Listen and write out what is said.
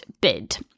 bid